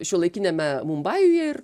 šiuolaikiniame mumbajuje ir